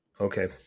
okay